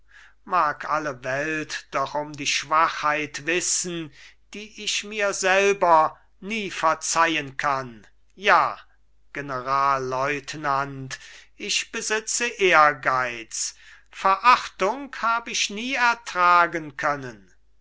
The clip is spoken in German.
mag alle welt doch um die schwachheit wissen die ich mir selber nie verzeihen kann ja generalleutnant ich besitze ehrgeiz verachtung hab ich nie ertragen können